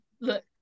look